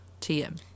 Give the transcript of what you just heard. TM